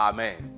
Amen